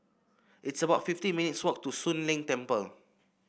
it's about fifty minutes' walk to Soon Leng Temple